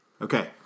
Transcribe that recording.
Okay